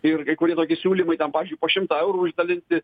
ir kai kurie tokie siūlymai pavyzdžiui po šimtą eurų išdalinti